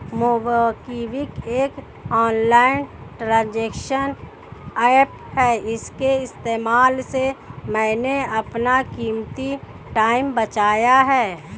MobiKwik एक online transaction app है इसके इस्तेमाल से मैंने अपना कीमती टाइम बचाया है